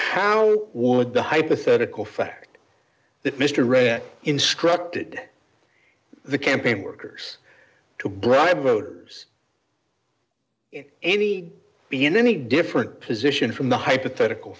how would the hypothetical fact that mr red instructed the campaign workers to bribe voters in any be any different position from the hypothetical